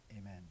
amen